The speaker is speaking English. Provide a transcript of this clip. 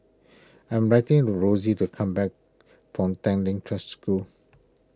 I am writing for Rossie to come back from Tanglin Trust School